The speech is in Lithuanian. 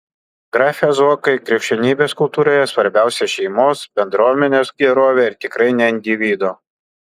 grafe zuokai krikščionybės kultūroje svarbiausia šeimos bendruomenės gerovė ir tikrai ne individo